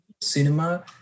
cinema